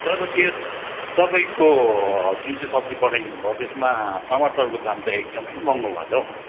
तपाईँको त्यो तपाईँको जुन चाहिँ सब्जी पठाइदिनु भयो त्यसमा टमाटरको दाम चाहिँ एकदम महँगो भयो त हो